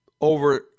over